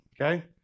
okay